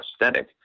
aesthetic